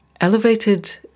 elevated